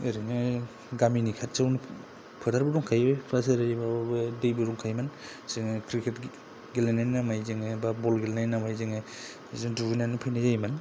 ओरैनो गामिनि खाथियावनो फोथारबो दंखायो प्लास ओरै माबाबो दैबो दंखायोमोन जोङो क्रिकेट गेलेनायनि नामै बा बल गेलेनायनि नामै जोङो जों दुगैनानै फैनाय जायोमोन